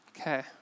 Okay